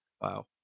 Wow